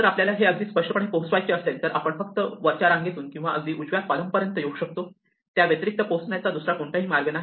जर आपल्याला हे अगदी स्पष्टपणे पोहोचवायचे असेल तर आपण फक्त वरच्या रांगेतून किंवा अगदी उजव्या कॉलम पर्यंत येऊ शकतो त्या व्यतिरिक्त पोहोचण्याचा दुसरा कोणताही मार्ग नाही